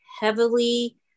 heavily